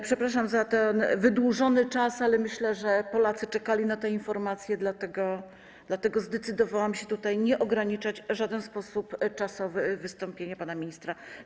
Przepraszam za wydłużenie czasu, ale myślę, że Polacy czekali na tę informację, dlatego zdecydowałam się tutaj nie ograniczać w żaden sposób czasowy wystąpienia pana ministra.